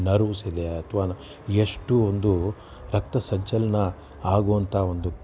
nerves ಇದೆ ಅಥವಾ ಎಷ್ಟು ಒಂದು ರಕ್ತ ಸಂಚಲನ ಆಗುವಂಥ ಒಂದು